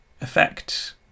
effects